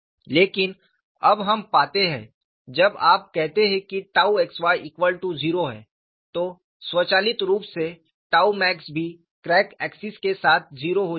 लेकिन अब हम पाते हैं जब आप कहते हैं कि टाउ xy0 है तो स्वचालित रूप से टाउ मैक्स भी क्रैक एक्सिस के साथ 0 हो जाता है